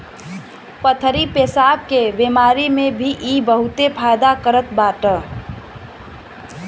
पथरी पेसाब के बेमारी में भी इ बहुते फायदा करत बाटे